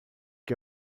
que